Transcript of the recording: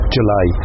July